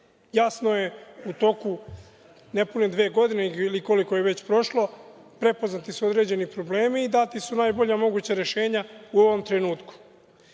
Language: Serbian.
Jasno je u toku nepune dve godine, ili koliko je već prošlo, prepoznati su određeni problemi i data su najbolja moguća rešenja u ovom trenutku. Ono